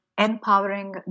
empowering